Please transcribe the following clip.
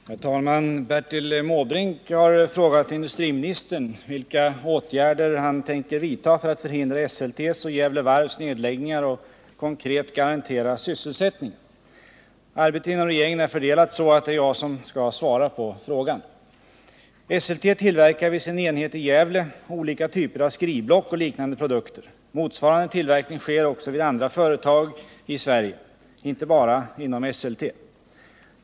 Herr talman! Bertil Måbrink har frågat industriministern vilka åtgärder han tänker vidta för att förhindra Esseltes och Gävle Varvs nedläggningar och konkret garantera sysselsättningen. Arbetet inom regeringen är så fördelat att det är jag som skall svara på frågan. Esselte tillverkar vid sin enhet i Gävle olika typer av skrivblock och liknande produkter. Motsvarande tillverkning sker också vid andra företag i Sverige, inte bara inom Esselte.